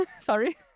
sorry